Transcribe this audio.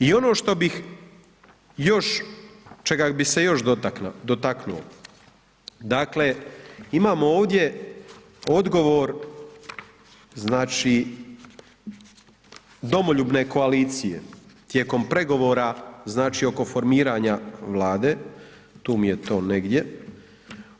I ono što bih još, čega bi se još dotaknuo, dakle, imamo ovdje odgovor, znači, domoljubne koalicije tijekom pregovora, znači, oko formiranja Vlade, tu mi je to negdje,